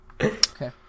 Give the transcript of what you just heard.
Okay